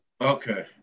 Okay